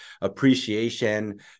appreciation